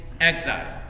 exile